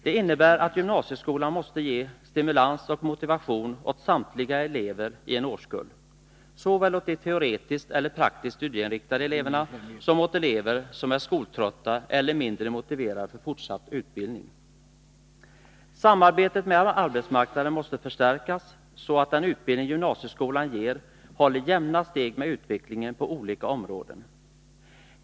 Det innebär att gymnasieskolan måste ge stimulans och motivation åt samtliga elever i en årskull — såväl åt de teoretiskt eller praktiskt studieinriktade eleverna som åt elever som är skoltrötta eller mindre motiverade för fortsatt utbildning. Samarbetet med arbetsmarknaden måste förstärkas, så att den utbildning gymnasieskolan ger håller jämna steg med utvecklingen på olika områden.